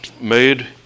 made